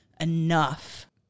enough